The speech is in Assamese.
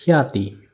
খ্য়াতি